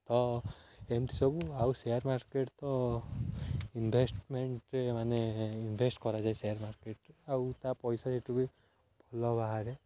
ଏମିତି ସବୁ ଆଉ ସେୟାର୍ ମାର୍କଟ୍ ତ ଇନ୍ଭେଷ୍ଟମେଣ୍ଟ୍ରେ ମାନେ ଇନ୍ଭେଷ୍ଟ୍ କରାଯାଏ ସେୟାର୍ ମାର୍କେଟ୍ରେ ଆଉ ତା ପଇସା ସେଇଠୁ ବି ଭଲ ବାହାରେ